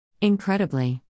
Incredibly